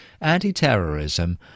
anti-terrorism